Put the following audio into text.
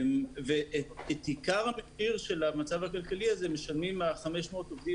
ואת עיקר המחיר של המצב הכלכלי הזה משלמים 500 העובדים